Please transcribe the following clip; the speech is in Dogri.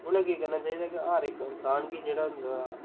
उ'नें केह् करना चाहिदा कि हर इन्सान गी जेह्ड़ा